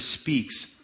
speaks